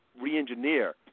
re-engineer